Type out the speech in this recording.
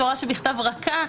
תורה שבכתב רכה,